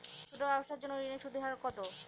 ছোট ব্যবসার জন্য ঋণের সুদের হার কত?